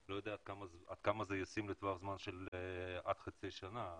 אני לא יודע עד כמה זה ישים לטווח זמן של עד חצי שנה,